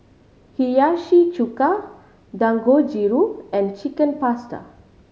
Hiyashi Chuka Dangojiru and Chicken Pasta